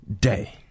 day